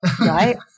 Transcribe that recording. right